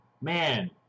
Man